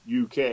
UK